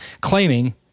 claiming